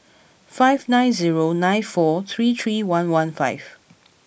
five nine zero nine four three three one one five